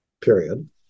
period